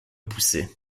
poussée